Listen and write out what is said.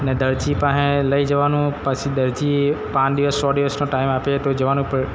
અને દરજી પાસે લઈ જવાનું પછી દરજી પાંચ દિવસ છો દિવસનો ટાઈમ આપે તો જવાનું